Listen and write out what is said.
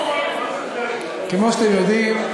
כמו שאתם יודעים,